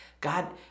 God